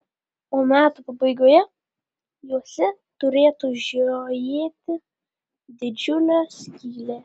o metų pabaigoje juose turėtų žiojėti didžiulės skylės